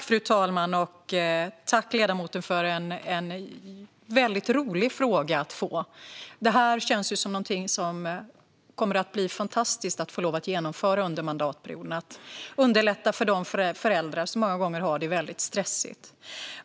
Fru talman! Tack, ledamoten, för en fråga som är väldigt rolig att få! Detta känns som något som det kommer att bli fantastiskt att få genomföra under mandatperioden - att underlätta för föräldrar som många gånger har det väldigt stressigt.